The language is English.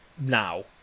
now